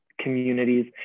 communities